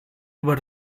über